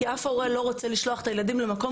כי אף הורה לא רוצה לשלוח את הילדים למקום